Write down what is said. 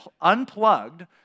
unplugged